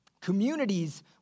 communities